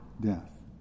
death